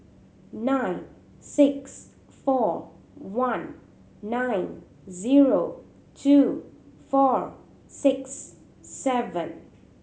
nine six four one nine zero two four six seven